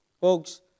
Folks